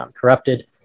corrupted